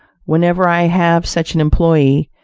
whenever i have such an employee,